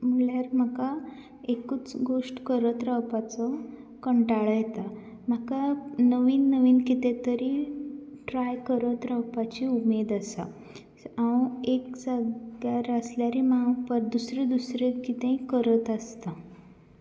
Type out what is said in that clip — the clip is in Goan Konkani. म्हणल्यार म्हाका एकूच गोश्ट करत रावपाचो कंठालो येता म्हाका नवीन नवीन कितें तरी ट्राय करत रावपाची उमेद आसा हांव एक जाग्यार आसल्यार हांव दुसरें दुसरें कितेंय करत आसता